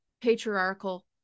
patriarchal